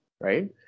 Right